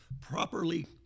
properly